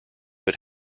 but